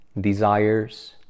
desires